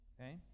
Okay